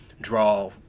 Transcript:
draw